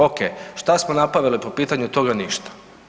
Ok, šta smo napravili po pitanju toga, ništa.